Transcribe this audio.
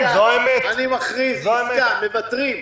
אני מכריז עסקה מוותרים.